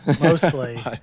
mostly